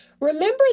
remember